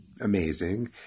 amazing